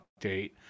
update